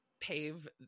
pave